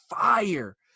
fire